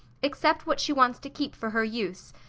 except what she wants to keep for her use,